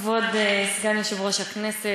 כבוד סגן יושב-ראש הכנסת,